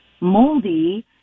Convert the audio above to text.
moldy